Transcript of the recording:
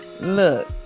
look